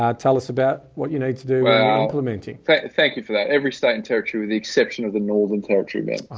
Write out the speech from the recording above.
um tell us about what you need do um well, thank you for that. every state and territory with the exception of the northern territory. but